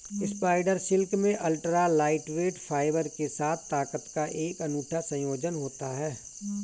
spider silk में ultra lightweight fibre के साथ ताकत का एक अनूठा संयोजन होता है